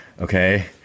okay